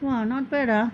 !wah! not bad ah